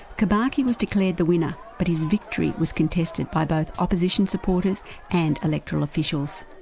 kibaki was declared the winner, but his victory was contested by both opposition supporters and electoral official. so